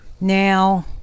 Now